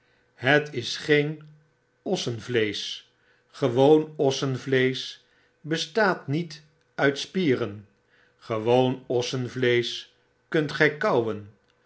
het is g een ossenvleesch gewoon ossenvleesch bestaat niet uit spieren gewoon ossenvleesch kunt gg kauwen